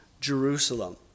Jerusalem